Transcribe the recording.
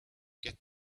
get